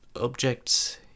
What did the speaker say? objects